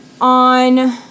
on